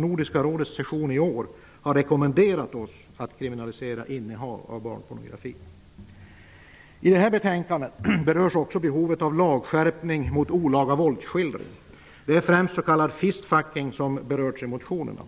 Nordiska rådets session i år har faktiskt rekommenderat oss att kriminalisera innehav av barnpornografi. I det här betänkandet berörs också behovet av lagskärpning mot olaga våldsskildring. Det är främst s.k. fist-fucking som berörts i motionerna.